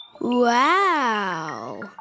Wow